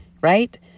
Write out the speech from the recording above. Right